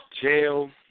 jail